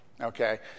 Okay